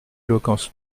éloquence